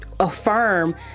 affirm